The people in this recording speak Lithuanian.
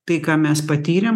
tai ką mes patyrėm